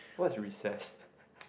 what is recess